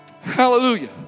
Hallelujah